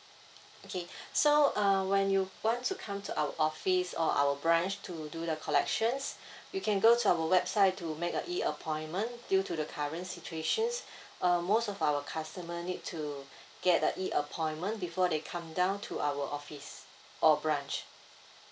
okay so uh when you want to come to our office or our branch to do the collections you can go to our website to make a E appointment due to the current situations uh most of our customer need to get a E appointment before they come down to our office or branch